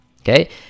Okay